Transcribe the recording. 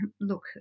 look